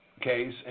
case